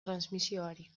transmisioari